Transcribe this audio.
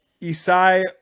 Isai